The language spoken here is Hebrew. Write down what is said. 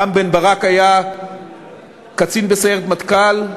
רם בן ברק היה קצין בסיירת מטכ"ל,